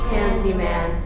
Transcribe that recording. Candyman